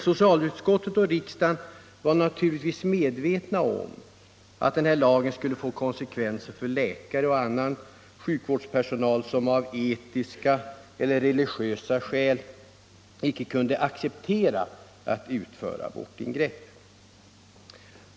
Socialutskottet och riksdagen var naturligtvis medvetna om att lagen skulle få konsekvenser för läkare och annan sjukvårdspersonal, som av etiska eller religiösa skäl icke kan acceptera att utföra abortingrepp.